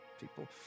people